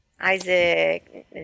Isaac